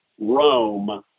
Rome